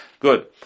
Good